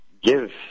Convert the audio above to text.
give